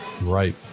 Right